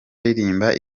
aririmba